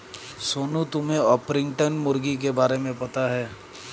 सोनू, तुम्हे ऑर्पिंगटन मुर्गी के बारे में पता है?